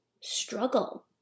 struggle